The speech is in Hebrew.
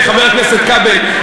חבר הכנסת כבל,